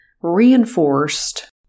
reinforced